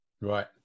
Right